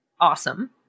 awesome